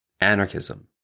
Anarchism